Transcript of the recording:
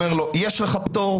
אומר לו: יש לך פטור,